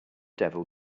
devil